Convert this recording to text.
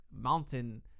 mountain